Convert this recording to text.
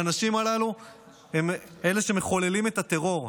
האנשים הללו הם שמחוללים את הטרור.